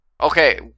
Okay